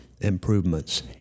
improvements